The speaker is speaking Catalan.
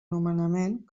nomenament